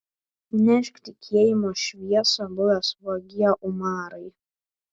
nešk tikėjimo šviesą buvęs vagie umarai